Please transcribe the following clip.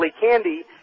candy